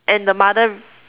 and the mother